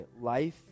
life